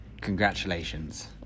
Congratulations